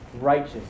righteous